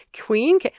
Queen